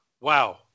Wow